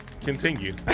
Continue